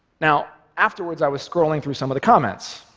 now, afterwards, i was scrolling through some of the comments,